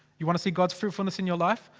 you wanna see god's fruitfulness in. your life?